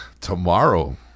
tomorrow